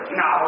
no